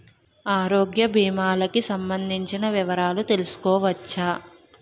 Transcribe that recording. ఆరోగ్య భీమాలకి సంబందించిన వివరాలు తెలుసుకోవచ్చా?